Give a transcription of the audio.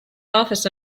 office